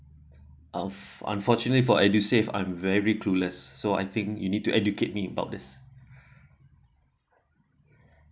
unf~ unfortunately for edusave aren't very crueless so I think you need to educate me about this